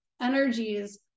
energies